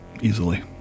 easily